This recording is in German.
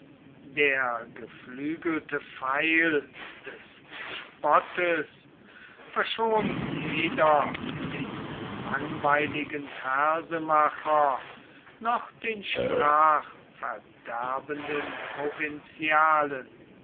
der geflügelte pfeil des spottes verschont weder den langweiligen versemacher noch den sprachverderbenden